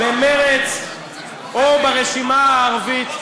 במרצ או ברשימה הערבית?